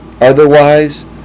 Otherwise